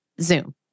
Zoom